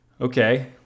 Okay